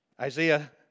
Isaiah